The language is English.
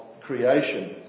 creation